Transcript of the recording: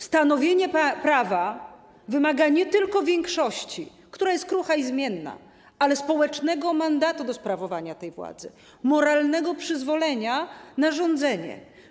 Stanowienie prawa wymaga nie tylko większości, która jest krucha i zmienna, lecz także społecznego mandatu do sprawowania władzy oraz moralnego przyzwolenia na rządzenie.